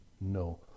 No